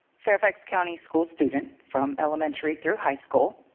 fairfax county school student from elementary through high school.